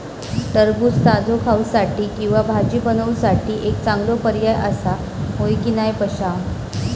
टरबूज ताजो खाऊसाठी किंवा भाजी बनवूसाठी एक चांगलो पर्याय आसा, होय की नाय पश्या?